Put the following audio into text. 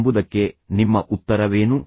ಎಂಬುದಕ್ಕೆ ನಿಮ್ಮ ಉತ್ತರವೇನು